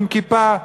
עם כיפה,